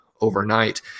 overnight